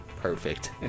perfect